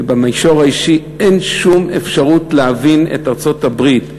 ובמישור האישי אין שום אפשרות להבין את ארצות-הברית.